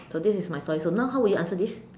so this is my story so now how will you answer this